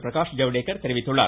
பிரகாஷ் ஜவ்டேகர் தெரிவித்துள்ளார்